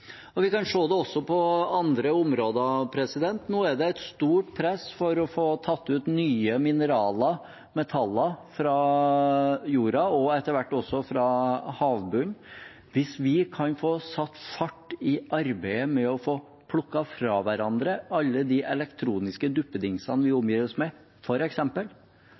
Vi kan se det også på andre områder. Nå er det et stort press for å få tatt ut nye mineraler, metaller, fra jorda og etter hvert også fra havbunnen. Hvis vi kan få satt fart i arbeidet med å få plukket fra hverandre alle de elektroniske duppedingsene vi omgir oss med,